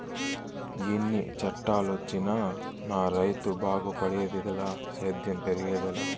ఎన్ని చట్టాలొచ్చినా నా రైతు బాగుపడేదిలే సేద్యం పెరిగేదెలా